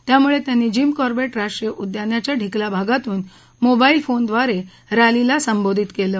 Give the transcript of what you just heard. त्यामुळे त्यांनी Jim Corbett राष्ट्रीय उद्यानाच्या ढिकला भागातून मोबाईल फोनद्वारे रॅलीला संबोधित केलं